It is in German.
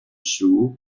schuh